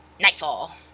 nightfall